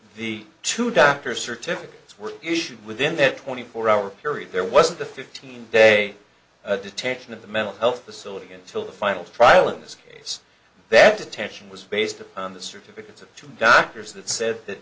the two doctors certificates were issued within that twenty four hour period there wasn't the fifteen day detention of the mental health facility until the final trial in this case that attention was based upon the certificates of two doctors that said that